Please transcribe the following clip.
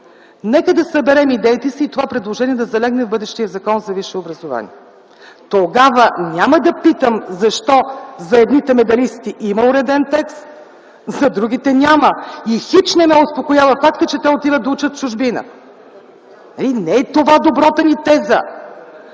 нека да съберем идеите си и това предложение да залегне в бъдещия Закон за висшето образование. Тогава няма да питам защо за медалистите има уреден текст, а за другите няма. Хич не ме успокоява факта, че те отиват да учат в чужбина. Не това е добрата ни теза.